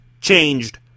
changed